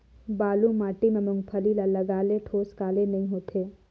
बालू माटी मा मुंगफली ला लगाले ठोस काले नइ होथे?